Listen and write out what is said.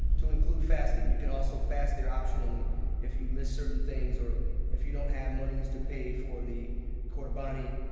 to include fasting. you can also fast there optionally if you miss certain things or if you don't have monies to pay for the qurbani,